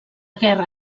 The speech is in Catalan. guerra